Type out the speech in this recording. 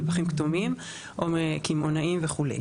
מפחים קטנים או מקמעונאים וכו'.